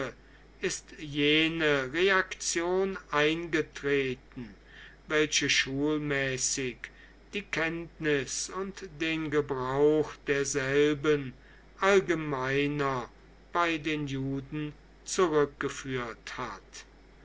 ist jene reaktion eingetreten welche schulmäßig die kenntnis und den gebrauch derselben allgemeiner bei den juden zurückgeführt hat